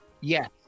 Yes